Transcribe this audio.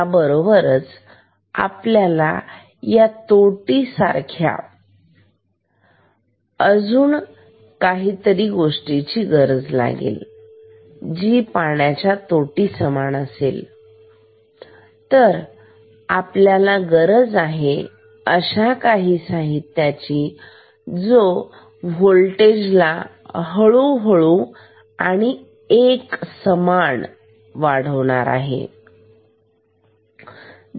याचबरोबर आपल्याला या तोटी सारख्या अजून काहीतरी गोष्टीची गरज आहे पाण्याच्या तोटीच्या समान तर आपल्याला गरज आहे अशा काही साहित्याची जो वोल्टेजला हळूहळू आणि एकसमान वाढवणार आहे